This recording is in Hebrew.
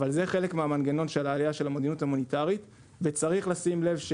אבל זה חלק מהמנגנון של העלייה של המדיניות המוניטרית וצריך לשים לב.